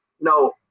no